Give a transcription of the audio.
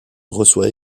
reçoit